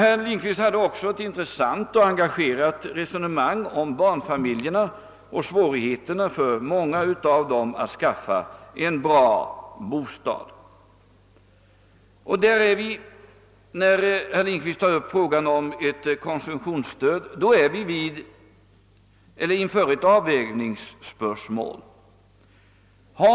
Herr Lindkvist förde sedan också ett intressant och engagerat resonemang om svårigheterna för många barnfamiljer att skaffa bra bostäder. Herr Lindkvist drog i det sammanhanget upp frågan om konsumtionsstöd. Där står vi inför ett avvägningsspörsmål.